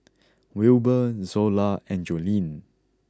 Wilber Zola and Joleen